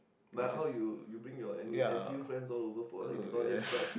like how you you bring your N U N_T_U friends all over for like Diwali and stuff